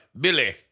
Billy